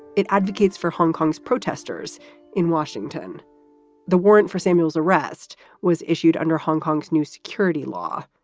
it advocates for hong kong's protesters in washington the warrant for samuel's arrest was issued under hong kong's new security law.